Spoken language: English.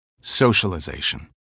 Socialization